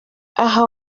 aha